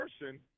person